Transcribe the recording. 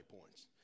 points